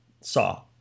saw